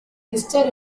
instead